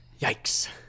Yikes